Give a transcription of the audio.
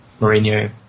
Mourinho